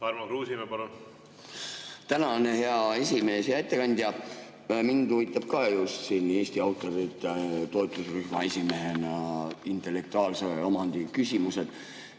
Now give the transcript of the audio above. Tarmo Kruusimäe, palun! Tänan, hea esimees! Hea ettekandja! Mind huvitab ka siin Eesti autorite toetusrühma esimehena intellektuaalse omandi küsimus.